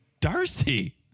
Darcy